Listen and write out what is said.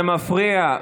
זה מפריע.